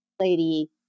lady